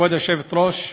כבוד היושבת-ראש,